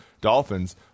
Dolphins